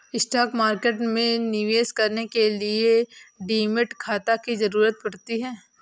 stock market में निवेश करने के लिए डीमैट खाता की जरुरत पड़ती है